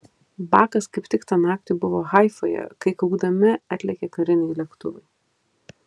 bakas kaip tik tą naktį buvo haifoje kai kaukdami atlėkė kariniai lėktuvai